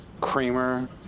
Creamer